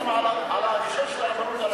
אנחנו קודם כול סומכים על ההכשר של הרבנות הראשית,